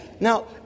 Now